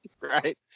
Right